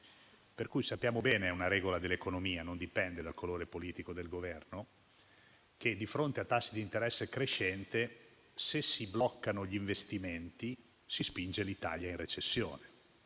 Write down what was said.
e sappiamo bene - è una regola dell'economia, non dipende dal colore politico del Governo - che, di fronte a tassi di interesse crescenti, se si bloccano gli investimenti si spinge l'Italia in recessione.